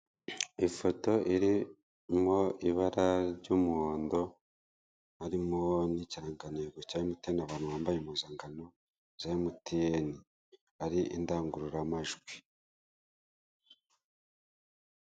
Ifoto irimo ibara ry'umuhondo, harimo n'ikirangantego cya MTN na abantu bambaye impuzankan za MTN, hari indangururamajwi.